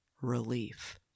Relief